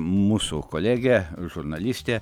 mūsų kolegė žurnalistė